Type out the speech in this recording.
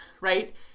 right